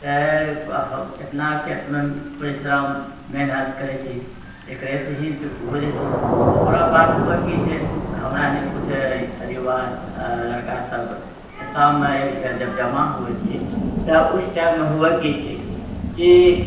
तऽ इतना परिश्रम मेहनत करै छी एकरेसँ हि होइ जाइ छी ओकरा बाद हुये कि छै तऽ हमरा सनि कुछ युवा लड़का सभ शाममे एक जगह जब जमा होइ छी तऽ उस टाइममे हुये कि छै कि